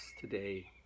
today